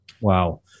Wow